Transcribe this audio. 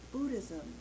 Buddhism